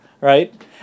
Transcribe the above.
right